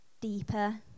deeper